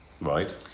Right